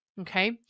okay